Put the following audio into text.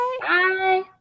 Bye